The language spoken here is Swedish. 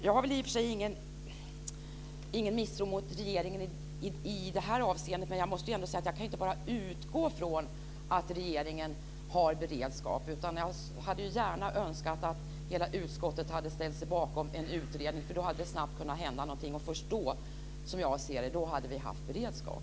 I och för sig känner jag ingen misstro mot regeringen i det avseendet men jag måste säga att jag inte bara kan utgå från att regeringen har en beredskap. Jag skulle alltså önska att hela utskottet hade ställt sig bakom detta med en utredning, för då hade det snabbt kunnat hända saker. Först då skulle vi, som jag ser det, ha haft en beredskap.